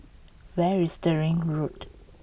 where is Stirling Road